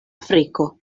afriko